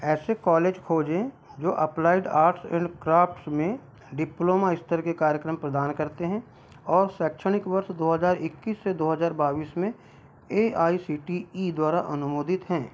ऐसे कॉलेज खोजें जो अप्लाइड आर्ट्स एंड क्राफ़्ट्स में डिप्लोमा स्तर के कार्यक्रम प्रदान करते हैं और शैक्षणिक वर्ष दो हज़ार इक्कीस से दो हज़ार बाइस में A I C T E द्वारा अनुमोदित हैं